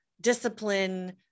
discipline